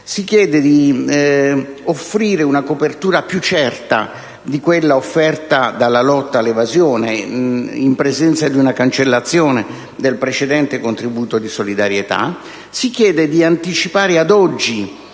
Si chiede di offrire una copertura più certa di quella offerta dalla lotta all'evasione in presenza di una cancellazione del precedente contributo di solidarietà, di anticipare ad oggi